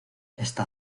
esta